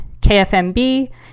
KFMB